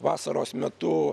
vasaros metu